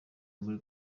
muri